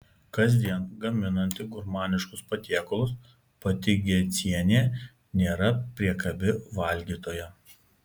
kasdien gaminanti gurmaniškus patiekalus pati gečienė nėra priekabi valgytoja